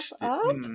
up